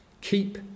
Keep